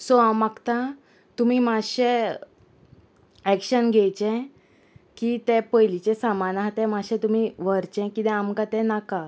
so हांव मागता तुमी मातशें एक्शन घेयचें की तें पयलींचें सामान आहा तें मातशें तुमी व्हरचें किदें आमकां तें नाका